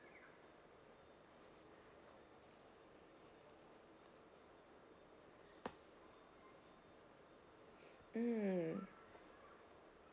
mm